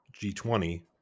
G20